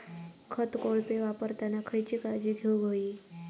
खत कोळपे वापरताना खयची काळजी घेऊक व्हयी?